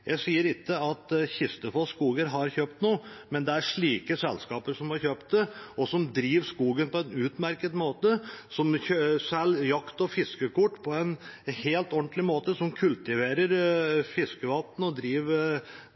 Jeg sier ikke at Kistefos skoger har kjøpt noe, men det er slike selskaper som har kjøpt det, og som driver skogen på en utmerket måte, som selger jakt- og fiskekort på en ordentlig måte, som kultiverer fiskevann og driver